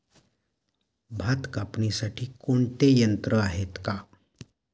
भात कापणीसाठी कोणते यंत्र आहेत का?